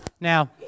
Now